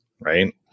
right